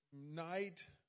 night